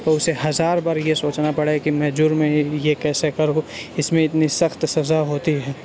تو اسے ہزار بار یہ سوچنا پڑے کہ میں جرم یہ کیسے کروں اس میں اتنی سخت سزا ہوتی ہے